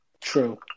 True